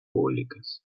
públicas